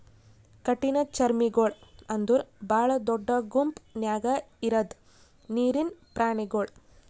ಕಠಿಣಚರ್ಮಿಗೊಳ್ ಅಂದುರ್ ಭಾಳ ದೊಡ್ಡ ಗುಂಪ್ ನ್ಯಾಗ ಇರದ್ ನೀರಿನ್ ಪ್ರಾಣಿಗೊಳ್